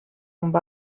amb